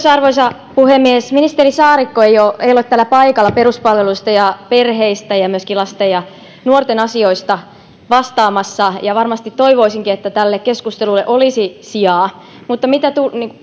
arvoisa puhemies ministeri saarikko ei ole täällä paikalla peruspalveluista ja perheistä ja ja myöskin lasten ja nuorten asioista vastaamassa varmasti toivoisinkin että tälle keskustelulle olisi sijaa